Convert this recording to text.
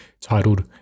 titled